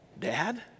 Dad